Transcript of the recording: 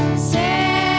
say,